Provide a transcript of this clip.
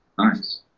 Nice